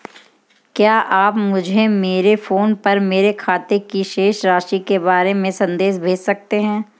क्या आप मुझे मेरे फ़ोन पर मेरे खाते की शेष राशि के बारे में संदेश भेज सकते हैं?